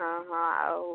ହଁ ହଁ ଆଉ